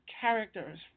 characters